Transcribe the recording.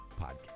podcast